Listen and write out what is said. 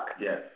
Yes